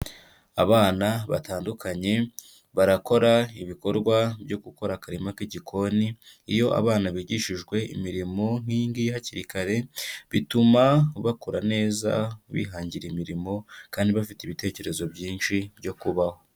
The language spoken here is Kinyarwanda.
Abana batandukanye barakora ibikorwa byo gukora akarima k'igikoni. Iyo abana bigishijwe imirimo nk'iyingiyi hakiri kare, bituma bakura neza bihangira imirimo kandi bafite ibitekerezo byinshi byo kubaho.